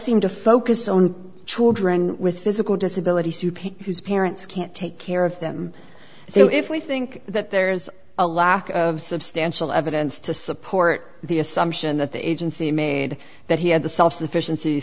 seem to focus on children with physical disabilities who pay whose parents can't take care of them so if we think that there's a lack of substantial evidence to support the assumption that the agency made that he had the self sufficiency